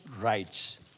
rights